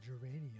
Geranium